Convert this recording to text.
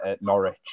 Norwich